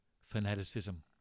fanaticism